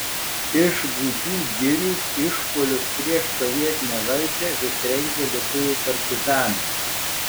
iš gūdžių girių išpuolius prieš sovietinę valdžią vis rengė lietuvių partizanai